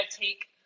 take